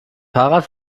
fahrrad